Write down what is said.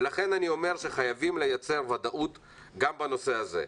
ולכן אני אומר שחייבים לייצר ודאות גם בנושא הזה.